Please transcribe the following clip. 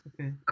Okay